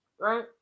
Right